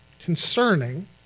concerning